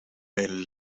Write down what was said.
mijn